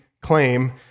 claim